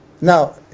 Now